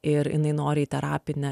ir jinai nori į terapinę